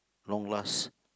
long last